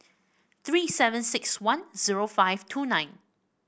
three seven six one zero five two nine